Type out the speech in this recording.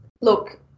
look